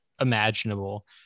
imaginable